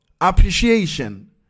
appreciation